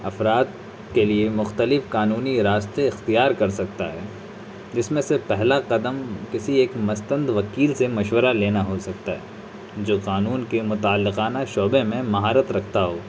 افراد کے لیے مختلف قانونی راستے اختیار کر سکتا ہے جس میں سے پہلا قدم کسی ایک مستند وکیل سے مشورہ لینا ہو سکتا ہے جو قانون کے متعلقانہ شعبے میں مہارت رکھتا ہو